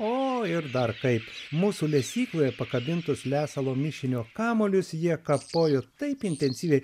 o ir dar kaip mūsų lesykloje pakabintus lesalo mišinio kamuolius jie kapojo taip intensyviai